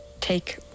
take